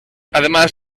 además